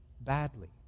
Badly